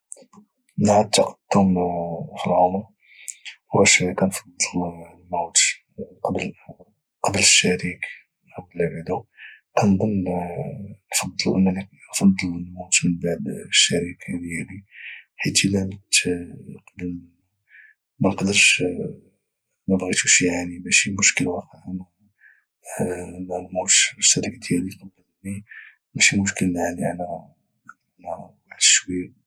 مع التقدم في العمر واش كنفضل الموت قبل الشريك ولى بعدو كنضن انني نفضل نموت من بعد الشريك ديالي حيت الى مت قبل منو منقدرش مبغيتوش اعاني ماشي مشكل وخا انا اموت الشريك ديالي قبل مني ماشي مشكل نعاني واحد الشوية